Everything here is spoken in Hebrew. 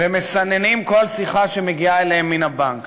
ומסננים כל שיחה שמגיעה אליהם מן הבנק.